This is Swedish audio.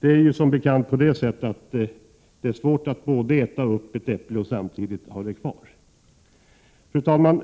det. Som bekant är det svårt att både äta upp äpplet och ha det kvar. Fru talman!